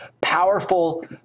powerful